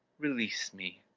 release me!